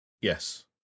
yes